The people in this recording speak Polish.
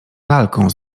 lalką